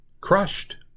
crushed